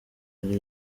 yari